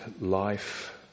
life